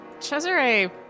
Cesare